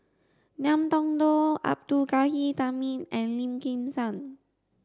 Ngiam Tong Dow Abdul Ghani Hamid and Lim Kim San